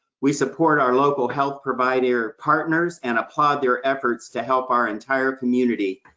we support our local health provider partners, and applaud their efforts to help our entire community,